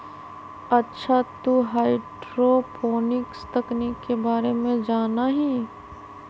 अच्छा तू हाईड्रोपोनिक्स तकनीक के बारे में जाना हीं?